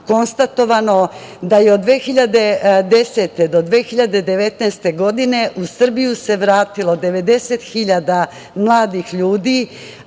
konstatovano da je od 2010. do 2019. godine u Srbiju se vratilo 90.000 mladih ljudi